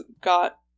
got